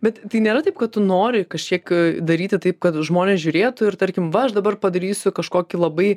bet tai nėra taip kad tu nori kažkiek daryti taip kad žmonės žiūrėtų ir tarkim va aš dabar padarysiu kažkokį labai